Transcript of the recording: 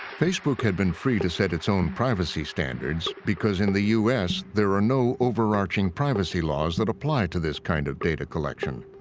facebook had been free to set its own privacy standards because in the u s. there are no overarching privacy laws that apply to this kind of data collection.